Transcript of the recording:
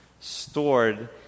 stored